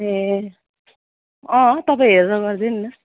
ए तपाईँ हेरेर गरिदिनु न